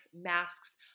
masks